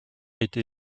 été